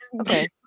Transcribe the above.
okay